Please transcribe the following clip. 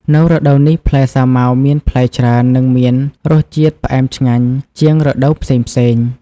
នៅរដូវនេះ ផ្លែសាវម៉ាវមានផ្លែច្រើន និងមានរសជាតិផ្អែមឆ្ងាញ់ជាងរដូវផ្សេងៗ។